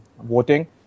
voting